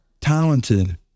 talented